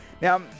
Now